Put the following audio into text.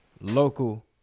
local